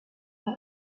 pas